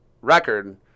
record